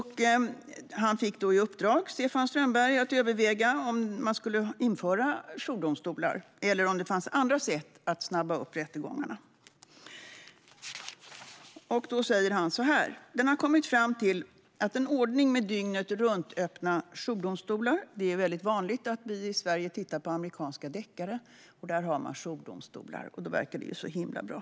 Han fick i uppdrag att överväga om man skulle införa jourdomstolar eller om det fanns andra sätt att snabba upp rättegångarna. Det är väldigt vanligt att vi i Sverige tittar på amerikanska deckare. Där har man jourdomstolar, och då verkar det ju så himla bra.